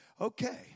Okay